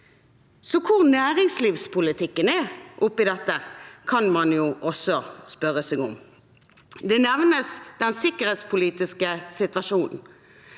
Så hvor næringslivspolitikken er oppi dette, kan man jo også spørre seg om. Den sikkerhetspolitiske situasjonen